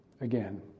again